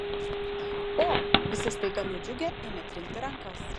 o visi staiga nudžiugę ėmė trinti rankas